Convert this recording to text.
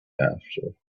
after